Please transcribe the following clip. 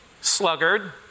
Sluggard